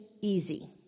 easy